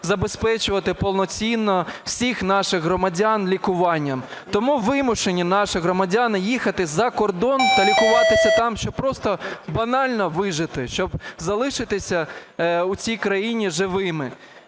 забезпечувати повноцінно всіх наших громадян лікуванням. Тому вимушені наші громадяни їхати за кордон та лікуватися там, щоб просто банально вижити, щоб залишитися в цій країні живими.